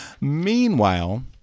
Meanwhile